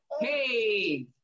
hey